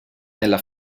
nella